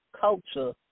culture